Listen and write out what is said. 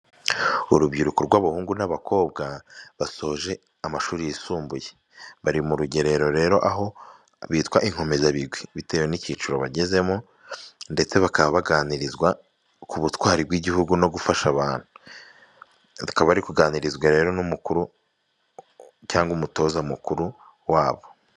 Urubyiruko rw'abahungu n'abakobwa basoje amashuri yisumbuye, bari mu rugerero rero aho bitwa inkomezabigwi bitewe n'ikiciro bagezemo, ndetse bakaba baganirizwa ku butwari bw'igihugu no gufasha abantu, bakaba bari kuganirizwa rero n'umukuru cyangwa umutoza mukuru wabo.